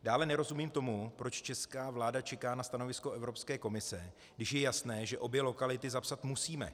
Dále nerozumím tomu, proč česká vláda čeká na stanovisko Evropské komise, když je jasné, že obě lokality zapsat musíme.